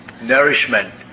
nourishment